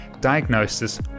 diagnosis